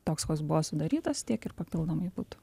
toks koks buvo sudarytas tiek ir papildomai būtų